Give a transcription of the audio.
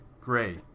Gray